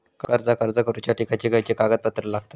कर्जाक अर्ज करुच्यासाठी खयचे खयचे कागदपत्र लागतत